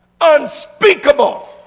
unspeakable